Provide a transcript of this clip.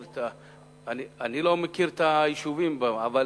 אני לא מכיר את היישובים, אבל